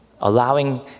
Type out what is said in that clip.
allowing